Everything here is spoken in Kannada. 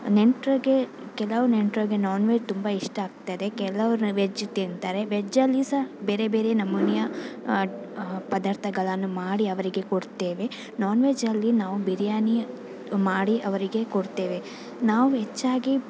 ನೆಂಟರಿಗೆ ಕೆಲವು ನೆಂಟರಿಗೆ ನಾನ್ ವೆಜ್ ತುಂಬ ಇಷ್ಟ ಆಗ್ತದೆ ಕೆಲವರು ವೆಜ್ ತಿಂತಾರೆ ವೆಜ್ಜಲ್ಲಿ ಸಹ ಬೇರೆ ಬೇರೆ ನಮೂನೆಯ ಪದಾರ್ಥಗಳನ್ನು ಮಾಡಿ ಅವರಿಗೆ ಕೊಡ್ತೇವೆ ನಾನ್ ವೆಜ್ಜಲ್ಲಿ ನಾವು ಬಿರಿಯಾನಿ ಮಾಡಿ ಅವರಿಗೆ ಕೊಡ್ತೇವೆ ನಾವು ಹೆಚ್ಚಾಗಿ